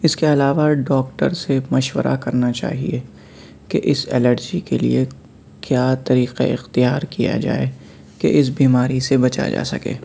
اس کے علاوہ ڈاکٹر سے مشورہ کرنا چاہیے کہ اس الرجی کے لیے کیا طریقہ اختیار کیا جائے کہ اس بیماری سے بچا جا سکے